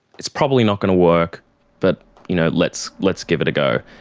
it's probably not going to work but you know let's let's give it a go.